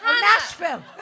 Nashville